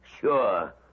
Sure